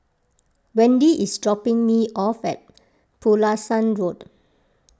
Wendy is dropping me off at Pulasan Road